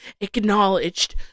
acknowledged